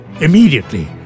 Immediately